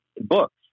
Books